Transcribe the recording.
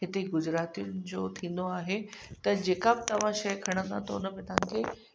हिते गुजरातियुनि जो थींदो आहे त जेका बि तव्हां शइ खणंदा त उन में तव्हां खे